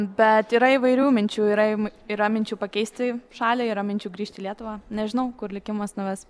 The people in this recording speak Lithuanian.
bet yra įvairių minčių yra yra minčių pakeisti šalį yra minčių grįžti į lietuvą nežinau kur likimas nuves